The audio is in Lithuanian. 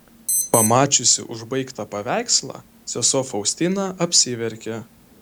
pamačiusi užbaigtą paveikslą sesuo faustina apsiverkė